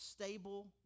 stable